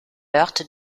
heart